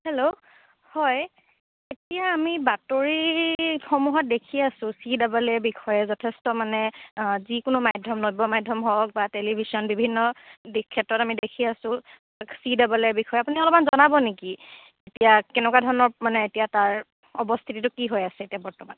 hello হয় এতিয়া আমি বাতৰিসমূহত দেখি আছোঁ চি ডাবল এ বিষয়ে যথেষ্ট মানে যিকোনো মাধ্যমত শ্ৰব্য মাধ্যম হওক বা টেলিভিচন বিভিন্ন দিশ ক্ষেত্ৰত আমি দেখি আছোঁ চি ডাবল এ বিষয়ে আপুনি অলপমান জনাব নেকি এতিয়া কেনেকুৱা ধৰণৰ মানে এতিয়া তাৰ অৱস্থিতিটো কি হৈ আছে এতিয়া বৰ্তমান